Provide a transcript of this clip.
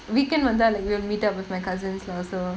weekend வந்தாலே:vanthaalae like we'll meet up with my cousins lah so